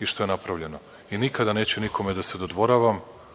i što je napravljeno. Nikada neću nikome da se dodvoravam,